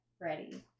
ready